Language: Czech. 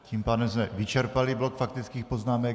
Tím pádem jsme vyčerpali blok faktických poznámek.